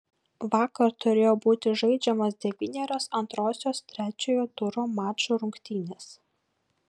vakar turėjo būti žaidžiamos devynerios antrosios trečiojo turo mačų rungtynės